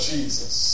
Jesus